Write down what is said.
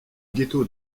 ghetto